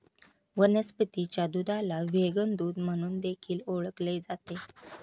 वनस्पतीच्या दुधाला व्हेगन दूध म्हणून देखील ओळखले जाते